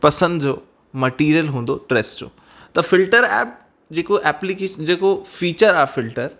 पसंदि जो मटैरियल हूंदो ड्रेस जो त फिल्टर ऐप जेको एप्लीकेशन जेको फिचर आहे फिल्टर